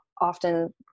often